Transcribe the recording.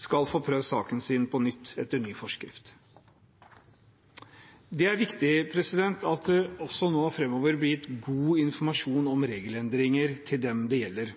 skal få prøvd saken sin på nytt etter ny forskrift. Det er viktig at det også nå framover blir gitt god informasjon om regelendringer til dem det gjelder,